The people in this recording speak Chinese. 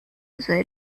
伴随